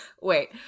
Wait